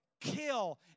kill